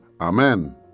Amen